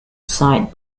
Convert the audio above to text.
side